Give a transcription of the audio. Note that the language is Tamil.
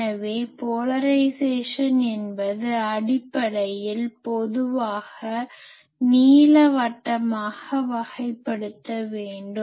எனவே போலரைஸேசன் என்பது அடிப்படையில் பொதுவாக நீள்வட்டமாக வகைப்படுத்தப்பட வேண்டும்